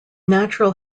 natural